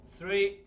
three